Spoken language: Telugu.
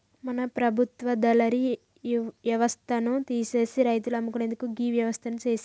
మన ప్రభుత్వ దళారి యవస్థను తీసిసి రైతులు అమ్ముకునేందుకు గీ వ్యవస్థను సేసింది